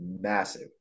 massive